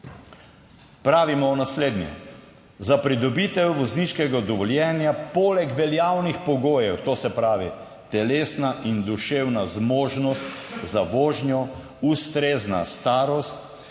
Pravimo naslednje – za pridobitev vozniškega dovoljenja poleg veljavnih pogojev, to se pravi telesna in duševna zmožnost za vožnjo, ustrezna starost,